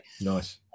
Nice